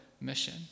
mission